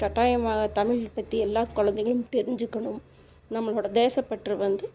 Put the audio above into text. கட்டாயமாக தமிழ் பற்றி எல்லா கொழந்தைகளும் தெரிஞ்சுக்கணும் நம்மளோடய தேசப்பற்று வந்து